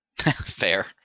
Fair